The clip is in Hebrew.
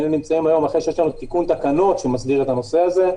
היינו נמצאים היום אחרי שיש לנו תיקון תקנות שמסדיר את הנושא הזה,